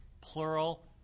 plural